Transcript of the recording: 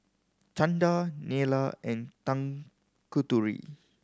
Chanda Neila and Tanguturi